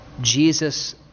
Jesus